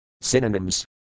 Synonyms